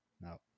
no